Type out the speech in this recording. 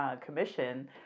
Commission